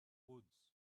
woods